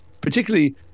particularly